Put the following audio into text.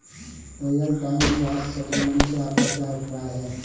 Real time gross settlement से आपका क्या अभिप्राय है?